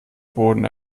boden